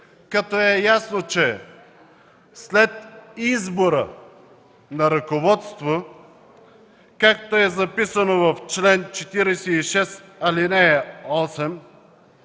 като е ясно, че след избор на ръководство, както е записано в чл. 46, ал. 8